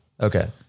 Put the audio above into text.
okay